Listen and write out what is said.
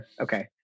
Okay